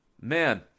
man